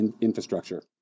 infrastructure